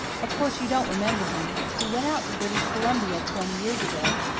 of course you don't remember him. he went out to british columbia twenty years ago.